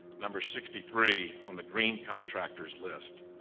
number sixty three on the green contractors list.